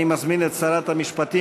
אני מזמין את שרת המשפטים,